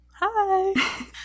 Hi